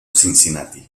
cincinnati